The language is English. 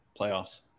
playoffs